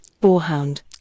boarhound